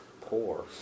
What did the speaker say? poor